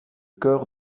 cœur